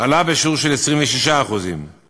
עלה ב-26%;